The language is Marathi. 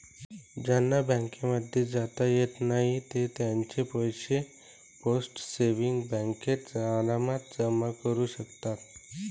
ज्यांना बँकांमध्ये जाता येत नाही ते त्यांचे पैसे पोस्ट सेविंग्स बँकेत आरामात जमा करू शकतात